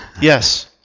yes